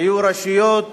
היו רשויות